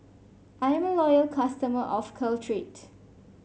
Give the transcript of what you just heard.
I'm a loyal customer of Caltrate